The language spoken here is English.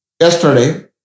yesterday